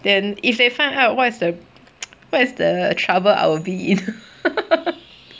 then if they find out what's the what is the trouble I will be